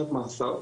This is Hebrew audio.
שנת מאסר,